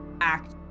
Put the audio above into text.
act